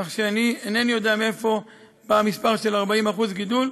כך שאני אינני יודע מאיפה בא המספר של 40% גידול,